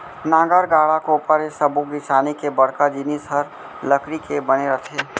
नांगर, गाड़ा, कोपर ए सब्बो किसानी के बड़का जिनिस हर लकड़ी के बने रथे